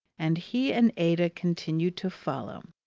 and he and ada continued to follow,